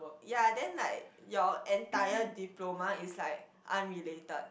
ya then like your entire diploma is like unrelated